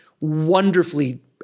wonderfully